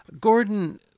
Gordon